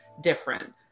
different